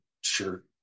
sure